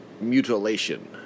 mutilation